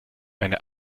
eine